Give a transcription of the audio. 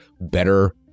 better